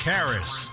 Harris